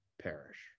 perish